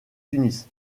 tunis